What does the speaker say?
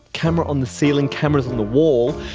camera on the ceiling, cameras on the wall,